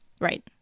right